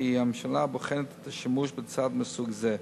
הממשלה בוחנת את השימוש בצעד מסוג זה.